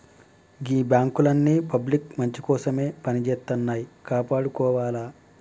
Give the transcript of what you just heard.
గీ బాంకులన్నీ పబ్లిక్ మంచికోసమే పనిజేత్తన్నయ్, కాపాడుకోవాల